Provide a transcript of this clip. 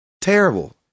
Terrible